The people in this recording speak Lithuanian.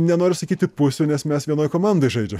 nenoriu sakyti pusių nes mes vienoj komandoj žaidžiam